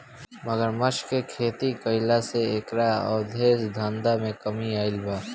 मगरमच्छ के खेती कईला से एकरा अवैध धंधा में कमी आईल बा